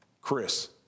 Chris